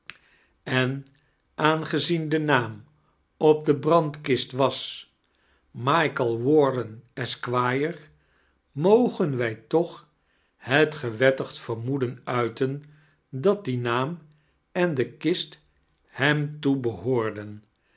en aangezien de naam op de brandkist was michael warden esq mogen wij toch het gewettigd vermoeden uiten dat die naam en de kist hem toefoehoorden